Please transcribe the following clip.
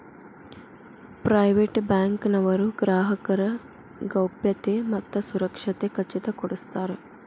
private bank ನವರು ಗ್ರಾಹಕರ ಗೌಪ್ಯತೆ ಮತ್ತ ಸುರಕ್ಷತೆ ಖಚಿತ ಕೊಡ್ಸತಾರ